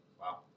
Wow